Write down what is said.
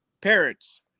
Parents